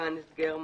מיתקן הסגר מאושר,